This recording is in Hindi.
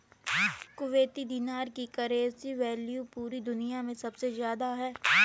कुवैती दीनार की करेंसी वैल्यू पूरी दुनिया मे सबसे ज्यादा है